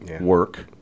Work